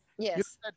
Yes